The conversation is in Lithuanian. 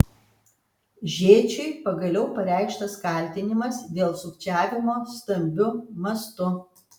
žėčiui pagaliau pareikštas kaltinimas dėl sukčiavimo stambiu mastu